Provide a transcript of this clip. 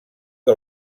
que